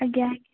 ଆଜ୍ଞା